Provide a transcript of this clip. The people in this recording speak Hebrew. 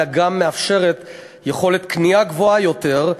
אלה גם מאפשרת יכולת קנייה גדולה יותר,